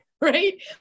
right